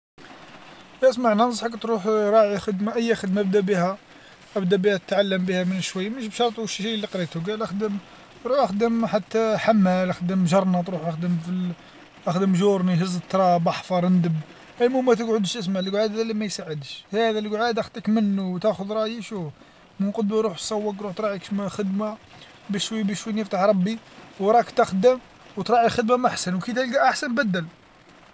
أسمع ننصحك تروح راعي خدمة أي خدمة بدا بها، أبدا بها تعلم بها من شوي اللي قريتو، قال أخدم روح خدم حتى حمال خدم جرنوط روح أخدم أخدم جورني هز التراب أحفر ندب، المهم ما تقعدش، أسمع هذ لقعاد اللي ما يساعدش هذا القعد اخطيك منو وتاخذ راي يشوف من فدوا روح صوق روح تراعي كاش ما خدمة خدمة بشوي بشوي لين يفتح ربي وراح تخدم وتراعي خدمة أحسن، أو كي تلقا أحسن بدل.